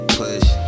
push